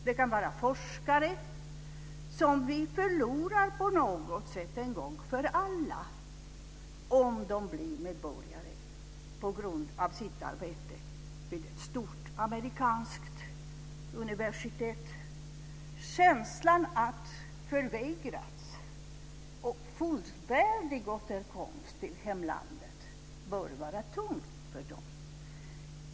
Det kan vara forskare som vi på något sätt förlorar en gång för alla om de blir amerikanska medborgare på grund av sitt arbete vid ett stort amerikanskt universitet. Känslan att förvägras fullvärdig återkomst till hemlandet bör var tung för dem.